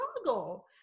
struggle